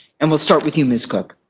and we'll start with you, ms. cook.